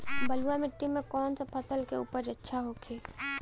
बलुआ मिट्टी में कौन सा फसल के उपज अच्छा होखी?